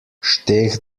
steht